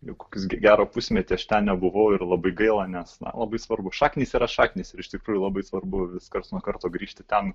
jau kokius gi gerą pusmetį aš ten nebuvau ir labai gaila nes na labai svarbu šaknys yra šaknys ir iš tikrųjų labai svarbu vis karts nuo karto grįžti ten